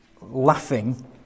laughing